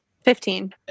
Fifteen